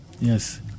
Yes